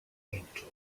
jęczy